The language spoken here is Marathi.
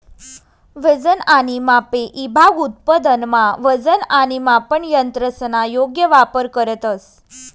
वजन आणि मापे ईभाग उत्पादनमा वजन आणि मापन यंत्रसना योग्य वापर करतंस